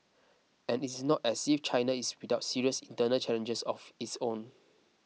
and it is not as if China is without serious internal challenges of its own